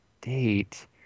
date